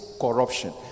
corruption